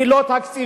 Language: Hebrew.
היא לא תקציבית,